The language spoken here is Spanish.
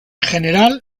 general